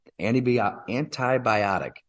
antibiotic